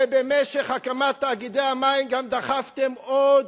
ובמשך הקמת תאגידי המים גם דחפתם עוד